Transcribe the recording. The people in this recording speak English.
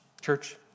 church